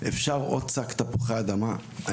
אפשר עוד שק תפוחי אדמה?